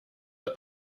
but